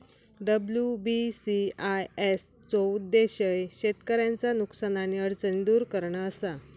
WBCIS चो उद्देश्य शेतकऱ्यांचा नुकसान आणि अडचणी दुर करणा असा